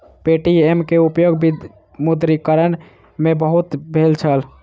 Paytm के उपयोग विमुद्रीकरण में बहुत भेल छल